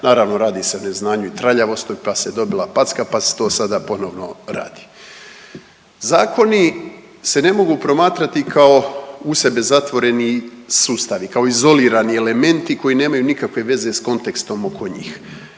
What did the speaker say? naravno, radi se o neznanju i traljavosti pa se dobila packa pa se to sada ponovno radi. Zakoni se ne mogu promatrati kao u sebe zatvoreni sustavi, kao izolirani elementi koji nemaju nikakve veze s kontekstom oko njih.